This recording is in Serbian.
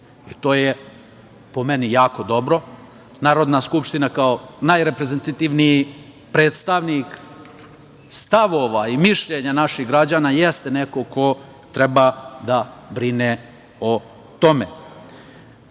To je, po meni, jako dobro. Narodna skupština kao najreprezentativniji predstavnik stavova i mišljenja naših građana jeste neko ko treba da brine o tome,